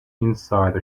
inside